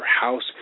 house